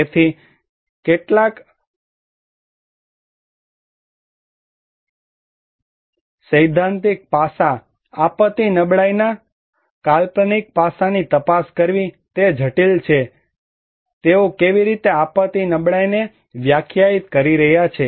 તેથી કેટલાક વિવેચનાત્મક સૈદ્ધાંતિક પાસા આપત્તિ નબળાઈના કાલ્પનિક પાસાની તપાસ કરવી તે જટિલ છે કે તેઓ કેવી રીતે આપત્તિ નબળાઈને વ્યાખ્યાયિત કરી રહ્યા છે